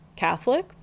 catholic